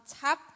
top